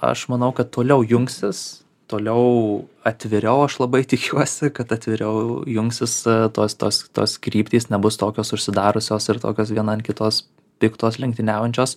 aš manau kad toliau jungsis toliau atviriau aš labai tikiuosi kad atviriau jungsis tos tos tos kryptys nebus tokios užsidariusios ir tokios viena ant kitos piktos lenktyniaujančios